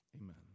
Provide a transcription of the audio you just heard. Amen